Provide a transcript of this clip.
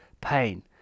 pain